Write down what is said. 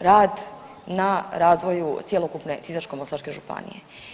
rad na razvoju cjelokupne Sisačko-moslavačke županije.